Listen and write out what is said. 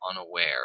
unaware